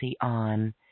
on